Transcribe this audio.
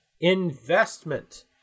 Investment